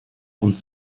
und